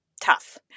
tough